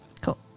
Cool